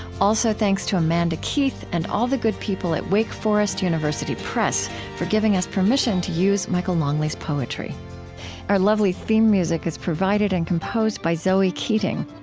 also, thanks to amanda keith and all the good people at wake forest university press for giving us permission to use michael longley's poetry our lovely theme music is provided and composed by zoe keating.